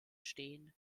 stehen